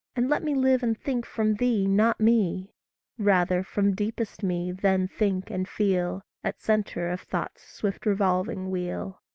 and let me live and think from thee, not me rather, from deepest me then think and feel, at centre of thought's swift-revolving wheel.